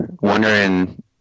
wondering